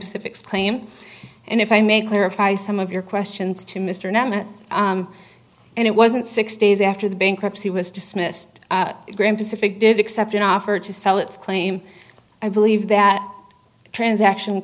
pacific's claim and if i may clarify some of your questions to mr nematt and it wasn't six days after the bankruptcy was dismissed graham pacific did accept an offer to sell its claim i believe that transaction